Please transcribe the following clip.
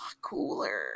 cooler